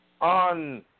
on